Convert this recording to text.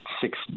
six